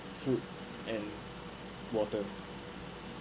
food and water